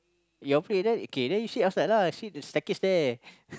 you're afraid then kay then you sit outside lah sit the staircase there